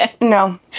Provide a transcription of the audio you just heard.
No